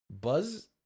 Buzz